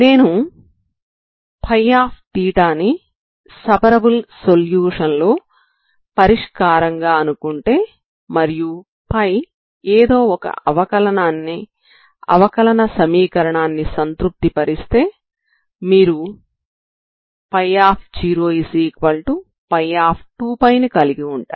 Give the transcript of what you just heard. నేను ϴθ ని separable solution లో పరిష్కారంగా అనుకుంటే మరియు ϴ ఏదో ఒక అవకలన సమీకరణాన్ని సంతృప్తి పరిస్తే మీరు ϴ0ϴ2π ని కలిగి ఉంటారు